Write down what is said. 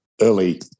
early